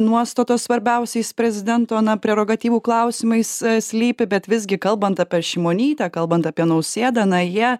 nuostatos svarbiausiais prezidento na prerogatyvų klausimais slypi bet visgi kalbant apie šimonytę kalbant apie nausėdą na jie